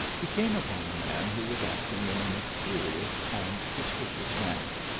he came upon a man who was acting in a mysterious and suspicious manner.